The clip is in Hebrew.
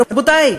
רבותי,